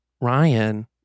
ryan